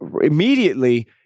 immediately